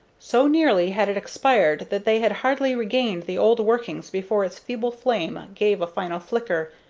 so nearly had it expired that they had hardly regained the old workings before its feeble flame gave a final flicker,